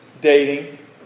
dating